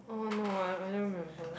oh no I I don't remember